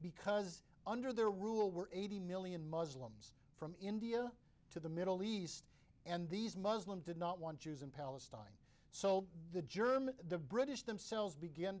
because under their rule were eighty million muslims from india to the middle east and these muslim did not want jews in palestine so the german the british themselves begin